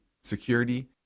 security